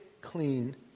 clean